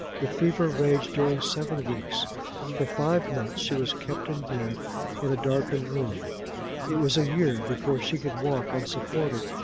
the fever raged during seven weeks for five months she was kept in bed in a darkened room it was a year before she could walk unsupported,